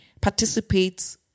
participates